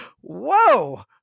whoa